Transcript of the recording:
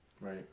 Right